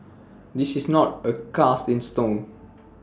this is not A cast in stone